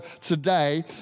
today